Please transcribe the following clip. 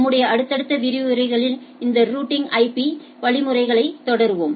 நம்முடைய அடுத்தடுத்த பாடங்களில் இந்த ரூட்டிங் ஐபி ரூட்டிங் வழிமுறைகளைத் தொடருவோம்